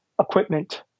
equipment